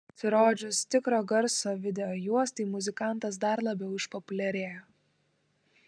pasirodžius tikro garso videojuostai muzikantas dar labiau išpopuliarėjo